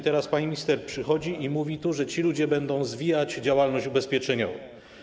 Teraz pani minister przychodzi i mówi, że ci ludzie będą zwijać działalność ubezpieczeniową.